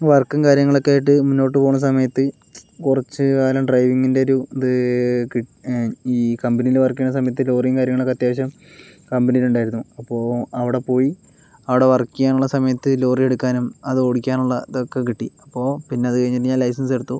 വർക്കും കാര്യങ്ങളൊക്കെ ആയിട്ട് മുന്നോട്ട് പോവണ സമയത്ത് കുറച്ചു കാലം ഡ്രൈവിങ്ങിൻ്റെ ഒരു ഇത് ഈ കമ്പനിയിൽ വർക്ക് ചെയ്യണ സമയത്ത് ലോറിയും കാര്യങ്ങളൊക്കെ അത്യാവശ്യം കമ്പനിയിലുണ്ടായിരുന്നു അപ്പോൾ അവിടെ പോയി അവിടെ വർക്ക് ചെയ്യാനുള്ള സമയത്ത് ലോറിയെടുക്കാനും അത് ഓടിക്കാനുള്ള ഇതൊക്കെ കിട്ടി അപ്പോൾ പിന്നെയത് കഴിഞ്ഞിട്ട് ഞാൻ ലൈസൻസ് എടുത്തു